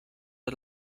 the